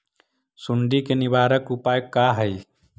सुंडी के निवारक उपाय का हई?